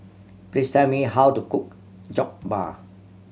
please tell me how to cook Jokbal